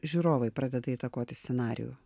žiūrovai pradeda įtakoti scenarijų